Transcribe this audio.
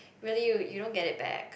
really you you don't get it back